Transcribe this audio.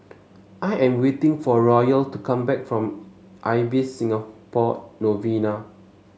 I am waiting for Royal to come back from Ibis Singapore Novena